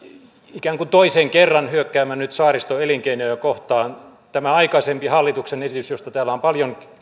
ikään kuin toisen kerran hyökkäämään nyt saariston elinkeinoja kohtaan tämä aikaisempi hallituksen esitys josta täällä on